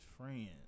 friends